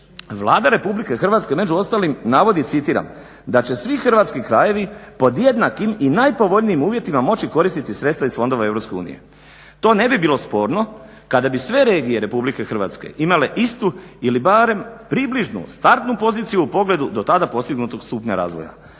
Vlada Republike Hrvatske među ostalim navodi, citiram: "da će svi hrvatski krajevi pod jednakim i najpovoljnijim uvjetima moći koristiti sredstva iz fondova EU". To ne bi bilo sporno kada bi sve regije Republike Hrvatske imale istu ili barem približnu startnu poziciju u pogledu do tada postignutog stupnja razvoja.